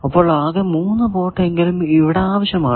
അപ്പോൾ ആകെ 3 പോർട്ട് എങ്കിലും ഇവിടെ ആവശ്യമാണ്